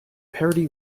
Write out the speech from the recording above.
parody